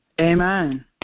Amen